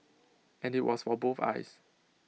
and IT was for both eyes